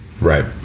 Right